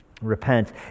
Repent